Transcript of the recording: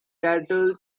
cattle